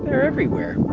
are everywhere